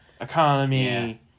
Economy